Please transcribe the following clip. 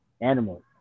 animals